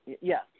yes